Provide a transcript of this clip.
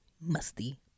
Musty